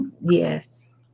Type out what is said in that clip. Yes